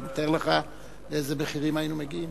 אתה מתאר לך לאיזה מחירים היינו מגיעים?